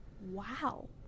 Wow